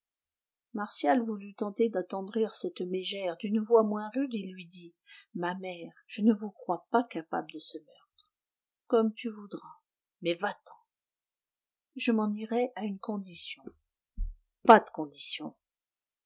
martial voulut tenter d'attendrir cette mégère d'une voix moins rude il lui dit ma mère je ne vous crois pas capable de ce meurtre comme tu voudras mais va-t'en je m'en irai à une condition pas de condition